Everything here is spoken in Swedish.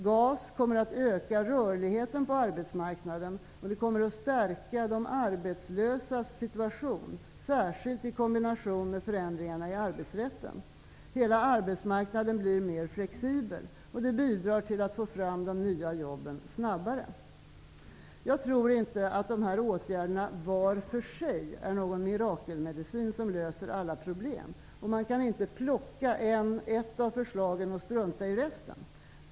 GAS kommer att öka rörligheten på arbetsmarknaden och stärka de arbetslösas situation, särskilt i kombination med förändringarna i arbetsrätten. Hela arbetsmarknaden blir mer flexibel, och det bidrar till att snabbare få fram de nya jobben. Jag tror inte att de här åtgärderna var för sig är någon mirakelmedicin som löser alla problem, och man kan inte välja ett av förslagen och strunta i resten.